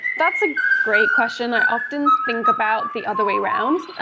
that's a great question. i often think about the other way around,